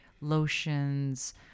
lotions